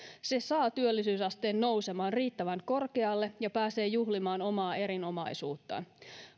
se saa työllisyysasteen nousemaan riittävän korkealle ja pääsee juhlimaan omaa erinomaisuuttaan